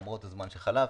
למרות הזמן שחלף.